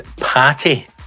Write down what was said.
patty